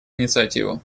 инициативу